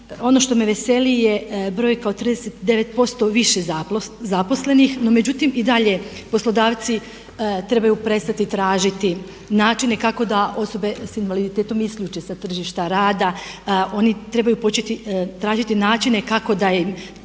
Ono što me veseli je broj kao 39% više zaposlenih no međutim i dalje poslodavci trebaju prestati tražiti načine kako da osobe s invaliditetom isključe sa tržišta rada. Oni trebaju početi tražiti načine kako da